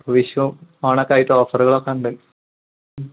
ആ വിഷുവും ഓണം ഒക്കെയായിട്ട് ഓഫറുകളൊക്കെ ഉണ്ട്